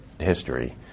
history